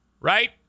right